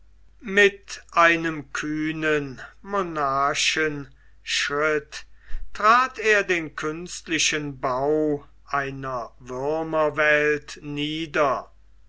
mit einem kühnen monarchenschritt trat er den künstlichen bau einer würmerwelt nieder